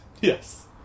Yes